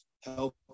help